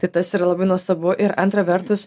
tai tas yra labai nuostabu ir antra vertus